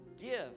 Give